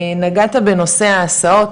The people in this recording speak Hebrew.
נגעת בנושא ההסעות,